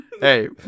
Hey